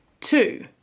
Two